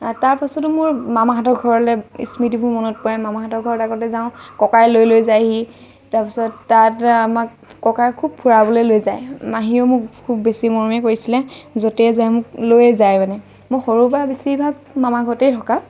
তাৰপিছতো মোৰ মামাহঁতৰ ঘৰলৈ স্মৃতিবোৰ মনত পৰে মামাহঁতৰ ঘৰত আগতে যাওঁ ককাই লৈ লৈ যায়হি তাৰপিছত তাত আমাক ককাই খুব ফুৰাবলৈ লৈ যায় মাহীয়েও মোক খুব বেছি মৰমে কৰিছিলে য'তেই যায় মোক লৈয়ে যায় মানে মোক সৰুৰ পৰা বেছিভাগ মামাৰ ঘৰতে থকা